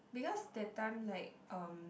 because that time like um